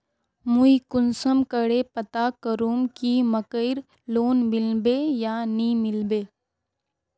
मुई कुंसम करे पता करूम की मकईर लोन मिलबे या नी मिलबे?